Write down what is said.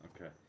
Okay